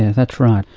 that's right.